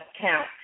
count